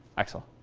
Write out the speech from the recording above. axel?